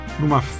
numa